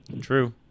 True